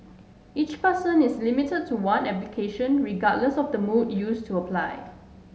each person is limited to one application regardless of the mode used to apply